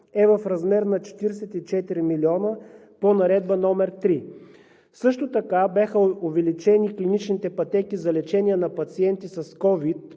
е в размер на 44 милиона по Наредба № 3. Също така бяха увеличени клиничните пътеки за лечение на пациенти с COVID